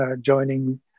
joining